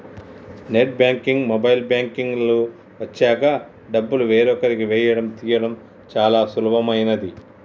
net banking, mobile banking లు వచ్చాక డబ్బులు వేరొకరికి వేయడం తీయడం చాలా సులభమైనది